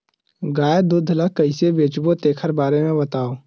गाय दूध ल कइसे बेचबो तेखर बारे में बताओ?